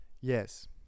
Yes